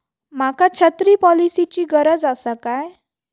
माका छत्री पॉलिसिची गरज आसा काय?